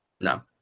No